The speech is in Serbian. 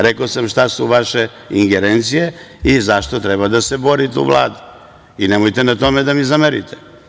Rekao sam šta su vaše ingerencije i zašto treba da se borite u Vladi i nemojte na tome da mi zamerite.